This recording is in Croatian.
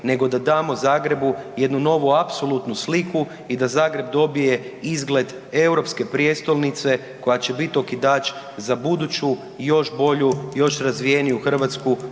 nego da damo Zagrebu jednu novu apsolutnu sliku i da Zagreb dobije izgled europske prijestolnice koja će biti okidač za buduću i još bolju, još razvijeniju Hrvatsku